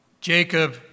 Jacob